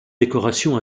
décoration